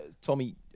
Tommy